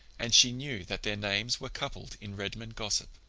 and she knew that their names were coupled in redmond gossip.